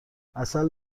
عسل